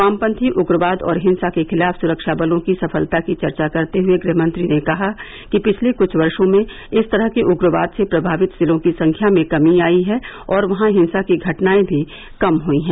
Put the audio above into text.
वामपंथी उग्रवाद और हिंसा के खिलाफ सुख्का बलों की सफलता की चर्चा करते हुए गृहमंत्री ने कहा कि पिछले कुछ वर्षो में इस तरह के उग्रवाद से प्रमावित जिलों की संख्या में कमी आई है और वहां हिंसा की घटनाएं भी कम हुई हैं